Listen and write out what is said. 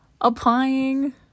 applying